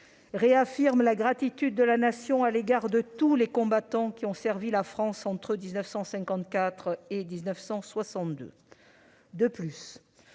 réaffirme la gratitude de la Nation à l'égard de tous les combattants qui ont servi la France entre 1954 et 1962. De plus,